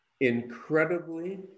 Incredibly